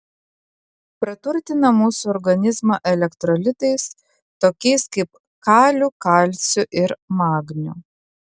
praturtina mūsų organizmą elektrolitais tokiais kaip kaliu kalciu ir magniu